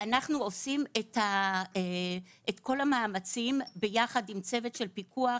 אנחנו עושים את כל המאמצים ביחד עם צוות של פיקוח,